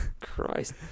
Christ